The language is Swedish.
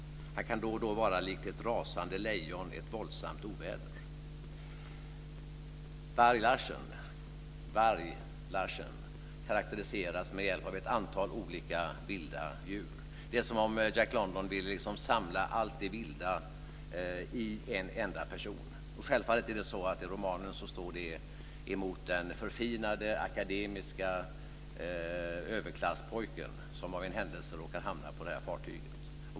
Han kan då och då vara likt ett rasande lejon, ett våldsamt oväder. Varg-Larsen karakteriseras med hjälp av ett antal olika vilda djur. Det är som om Jack London ville samla allt det vilda i en enda person. Självfallet står det i romanen emot den förfinade akademiska överklasspojken som av en händelse råkar hamna på det här fartyget.